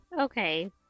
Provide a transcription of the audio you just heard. okay